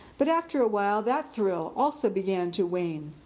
but after awhile, that thrill also began to wane.